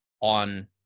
on